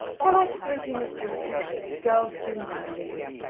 well, i suppose you must do as you like girls do, now-a-days.